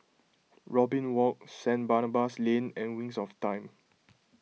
Robin Walk Saint Barnabas Lane and Wings of Time